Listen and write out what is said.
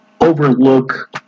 overlook